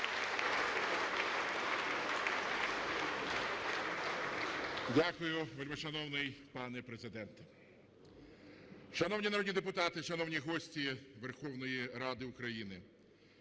Дякую, вельмишановний пане Президенте. Шановні народні депутати, шановні гості Верховної Ради України!